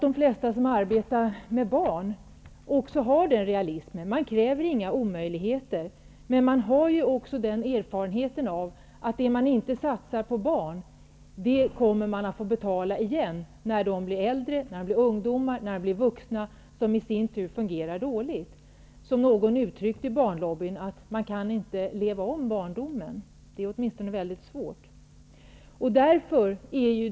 De flesta som arbetar med barn har nog en realistisk inställning. De kräver inga omöjligheter, men de har ju också den erfarenheten, att det som inte satsas på barn kommer man att få betala igen när barnen blir äldre, ungdomar eller vuxna, som i sin tur fungerar dåligt. Någon i Barnlobbyn uttryckte det så, att barndomen inte kan levas om. Det är åtminstone väldigt svårt.